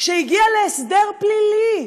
שהגיעה להסדר פלילי,